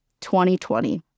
2020